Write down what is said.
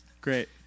Great